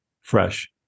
fresh